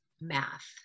math